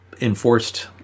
enforced